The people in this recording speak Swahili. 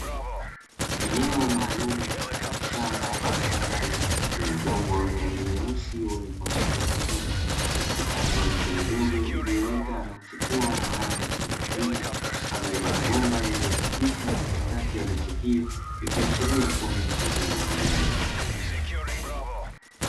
Eneo maalumu mfano wa shamba au kitalu chenye udongo wa rangi nyeusi wenye kuashiria rutuba kilichopandwa miche midogo iliyoota na kuchipua yenye rangi ya kijani kibichi na mabomba yaliyopitishwa katikati ya miche hiyo ikiashiria kuwa ni mfumo wa umwagiliaji.